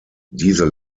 diese